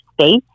space